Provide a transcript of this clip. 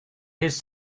his